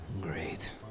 great